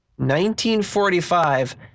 1945